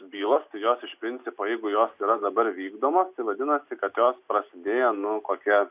bylos tai jos iš principo jeigu jos yra dabar vykdoma tai vadinasi kad jos prasidėjo nu kokie